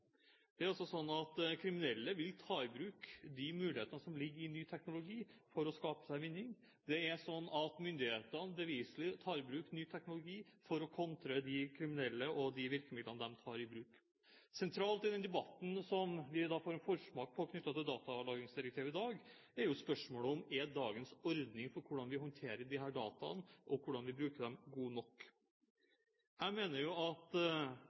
Det er også sånn at kriminelle vil ta i bruk de mulighetene som ligger i ny teknologi for å skape seg vinning, og myndighetene tar beviselig i bruk ny teknologi for å kontre de kriminelle og de virkemidlene de tar i bruk. Sentralt i debatten som vi får forsmak på knyttet til datalagringsdirektivet i dag, er spørsmålet om dagens ordning for hvordan vi håndterer disse dataene, og hvordan vi bruker dem, er god nok. Jeg mener at